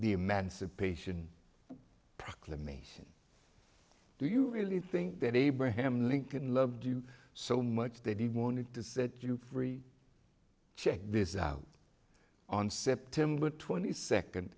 the emancipation proclamation do you really think that abraham lincoln loved you so much that he wanted to set you free check this out on september twenty second